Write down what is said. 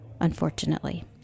unfortunately